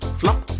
flop